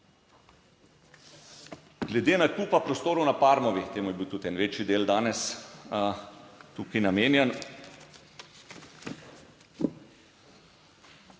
Glede nakupa prostorov na Parmovi, temu je bil tudi en večji del danes tukaj namenjen,